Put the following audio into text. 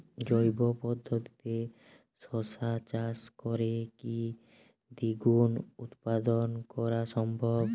জৈব পদ্ধতিতে শশা চাষ করে কি দ্বিগুণ উৎপাদন করা সম্ভব?